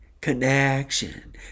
Connection